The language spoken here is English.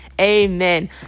Amen